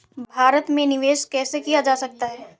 भारत में निवेश कैसे किया जा सकता है?